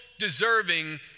deserving